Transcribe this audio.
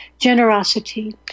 generosity